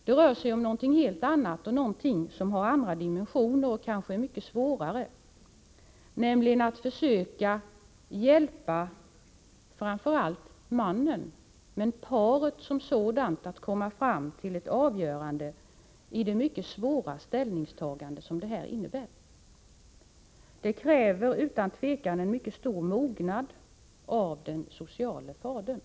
Det rör sig om något helt annat, något som har andra dimensioner och kanske är mycket svårare, nämligen att försöka hjälpa framför allt mannen men också paret som sådant att komma fram till ett avgörande i det mycket svåra ställningstagande som detta innebär. Detta kräver utan tvivel mycket stor mognad av den sociale fadern.